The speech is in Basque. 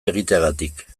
egiteagatik